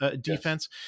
defense